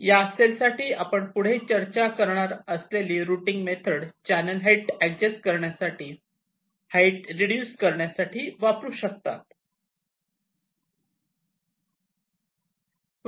या सेल साठी आपण पुढे चर्चा करणात असलेली routing method channel height adjust करण्यासाठी हाईट रेडूस करण्यासाठी वापरू शकतात